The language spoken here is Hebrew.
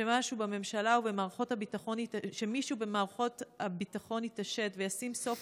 שמישהו במערכות הביטחון יתעשת וישים סוף